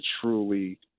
truly